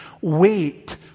Wait